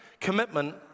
commitment